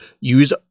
use